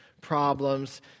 problems